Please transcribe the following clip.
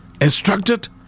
instructed